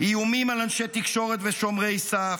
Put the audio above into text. איומים על אנשי תקשורת ושומרי סף,